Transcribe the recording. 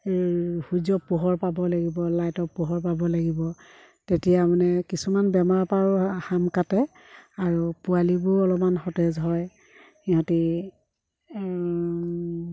সূৰ্যক পোহৰ পাব লাগিব লাইটৰ পোহৰ পাব লাগিব তেতিয়া মানে কিছুমান বেমাৰবোৰো সাম কাটে আৰু পোৱালিবোৰ অলপমান সতেজ হয় সিহঁতি